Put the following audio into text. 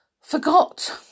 forgot